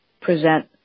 present